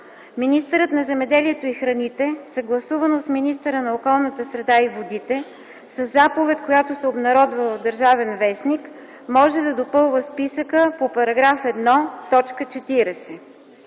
Министърът на земеделието и храните, съгласувано с министъра на околната среда и водите, със заповед, която се обнародва в „Държавен вестник”, може да допълва списъка по § 1, т.